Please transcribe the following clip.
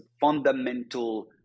fundamental